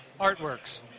artworks